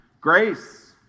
Grace